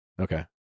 Okay